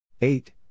eight